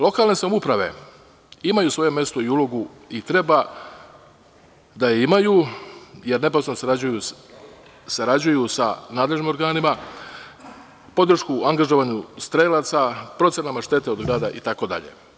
Lokalne samouprave imaju svoje mesto i ulogu i treba da je imaju, jer neposredno sarađuju sa nadležnim organima, podršku u angažovanju strelaca, procenama štete od grada itd.